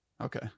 okay